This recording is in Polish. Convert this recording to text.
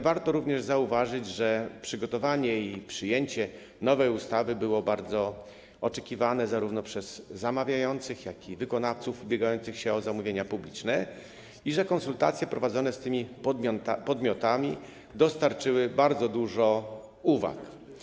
Warto również zauważyć, że przygotowanie i przyjęcie nowej ustawy było bardzo oczekiwane zarówno przez zamawiających, jak i przez wykonawców ubiegających się o zamówienia publiczne i że konsultacje prowadzone z tymi podmiotami dostarczyły bardzo dużo uwag.